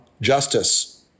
justice